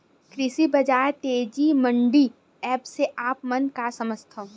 कृषि बजार तेजी मंडी एप्प से आप मन का समझथव?